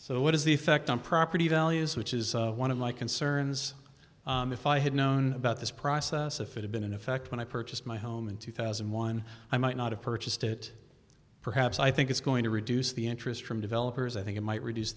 so what is the effect on property values which is one of my concerns if i had known about this process if it had been in effect when i purchased my home in two thousand and one i might not have purchased it perhaps i think it's going to reduce the interest from developers i think it might reduce